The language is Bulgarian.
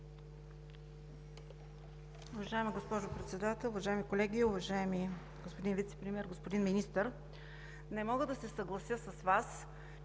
Уважаема госпожо Председател, уважаеми колеги, уважаеми господин Вицепремиер, господин Министър! Не мога да се съглася с Вас, че